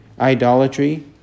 idolatry